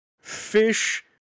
Fish